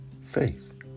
faith